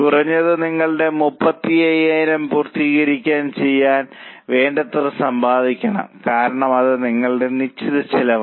കുറഞ്ഞത് നിങ്ങളുടെ 35000 പൂർത്തിയാക്കാൻ ചെയ്യാൻ വേണ്ടത്ര സമ്പാദിക്കണം കാരണം അത് നിങ്ങളുടെ നിശ്ചിത ചെലവാണ്